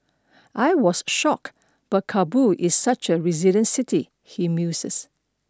I was shocked but Kabul is such a resilient city he muses